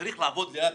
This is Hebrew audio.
צריך לעבוד לאט.